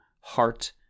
heart